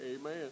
Amen